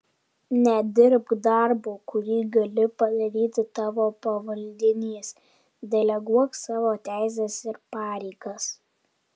nedirbk darbo kurį gali padaryti tavo pavaldinys deleguok savo teises ir pareigas